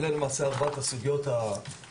אלה למעשה הן ארבעת הסוגיות המרכזיות